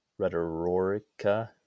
Rhetorica